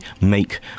make